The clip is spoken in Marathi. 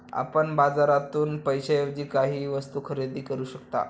आपण बाजारातून पैशाएवजी काहीही वस्तु खरेदी करू शकता